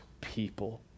people